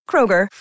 Kroger